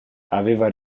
aveva